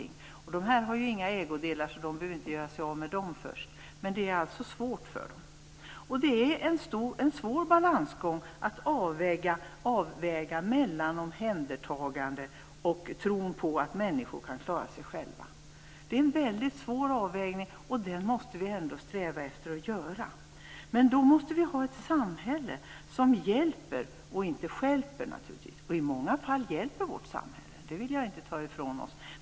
Dessa människor har inga ägodelar, så de behöver inte göra sig av med dem först, men det är svårt för dem. Det är en svår balansgång att avväga mellan omhändertagande och tron på att människor kan klara sig själva. Det är en väldigt svår avvägning, och den måste vi ändå sträva efter att göra. Men då måste vi naturligtvis ha ett samhälle som hjälper och inte stjälper, och i många fall hjälper vårt samhälle.